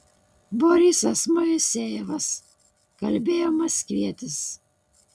borisas moisejevas kalbėjo maskvietis